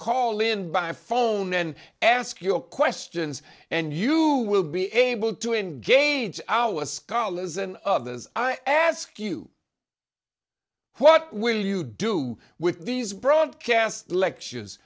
call in by phone and ask your questions and you will be able to engage our scholars and others i ask you what will you do with these broadcast lectures